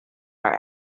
are